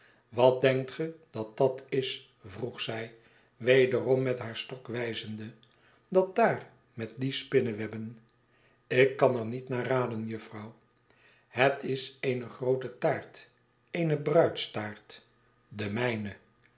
wat denkt ge dat dat is yroeg zij wederom met haar stok wijzende dat daarmet die spinnewebben ik kan er niet naar raden jufvrouw het is eene groote taart eene bruidstaart de mijne